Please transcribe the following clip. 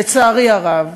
לצערי הרב.